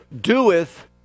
doeth